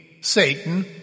Satan